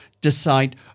decide